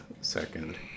second